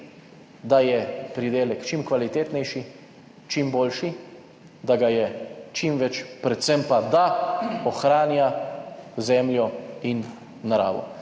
da je pridelek čim kvalitetnejši, čim boljši, da ga je čim več, predvsem pa, da ohranja zemljo in naravo.